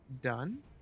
done